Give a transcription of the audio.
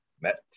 met